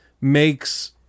makes